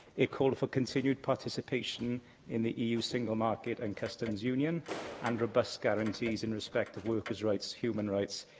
it called for continued participation in the eu single market and customs union and robust guarantees in respect of workers' rights, human rights,